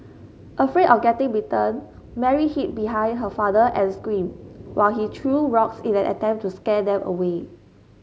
afraid of getting bitten Mary hid behind her father and screamed while he threw rocks in an attempt to scare them away